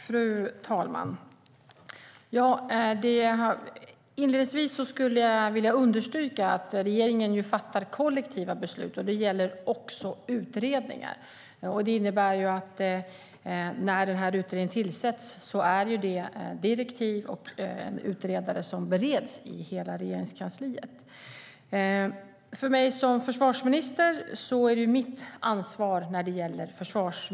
Fru talman! Låt mig inledningsvis understryka att regeringen fattar kollektiva beslut. Det gäller också utredningar. Det innebär att när en utredning tillsätts är det direktiv och en utredare som bereds i hela Regeringskansliet. Som försvarsminister är försvarsmusiken mitt ansvar.